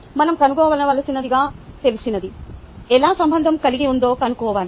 మనం కనుగొనవలసినదానికి తెలిసినది ఎలా సంబంధం కలిగి ఉందో కన్నుకోవాలి